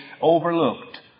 overlooked